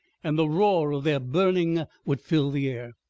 and the roar of their burning would fill the air.